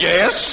Yes